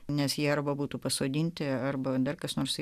nes jie arba būtų pasodinti arba dar kas nors